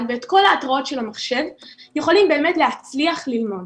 ואת כל ההתראות של המחשב יכולים באמת להצליח ללמוד